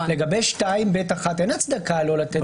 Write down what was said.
לגבי 2ב(1) אין הצדקה לא לתת.